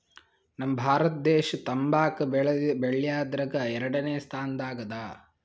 ನಮ್ ಭಾರತ ದೇಶ್ ತಂಬಾಕ್ ಬೆಳ್ಯಾದ್ರಗ್ ಎರಡನೇ ಸ್ತಾನದಾಗ್ ಅದಾ